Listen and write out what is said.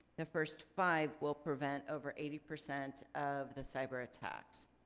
the first five will prevent over eighty percent of the cyber attacks.